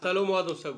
אז אתה לא מועדון סגור.